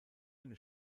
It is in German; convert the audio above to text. eine